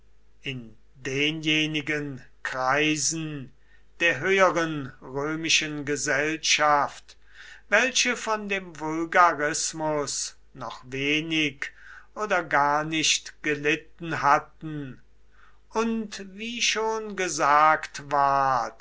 in denjenigen kreisen der höheren römischen gesellschaft welche von dem vulgarismus noch wenig oder gar nicht gelitten hatten und wie schon gesagt ward